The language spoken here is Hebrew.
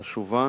חשובה,